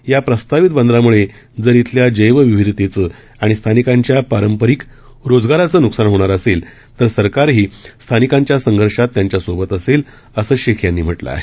याप्रस्तावितबंदरामुळेजरइथल्याजैवविविधतेचंआणिस्थानिकांच्यापारंपरिकरोजगाराचंनुकसानहोणारअसेल तरसरकारहीस्थानिकांच्यासंघर्षातत्यांच्यासोबतअसेलअसंशेखयांनीम्हटलंआहे